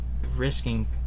risking